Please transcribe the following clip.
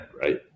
Right